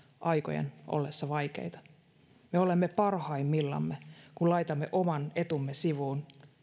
aikojen ollessa vaikeita me olemme parhaimmillamme kun laitamme oman etumme sivuun